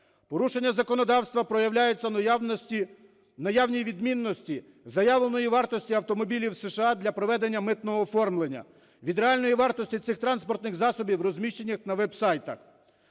Порушення законодавства проявляється в наявності... в наявній відмінності заявленої вартості автомобілів США для проведення митного оформлення, від реальної вартості цих транспортних засобів, розміщених на веб-сайтах.